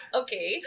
okay